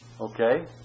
okay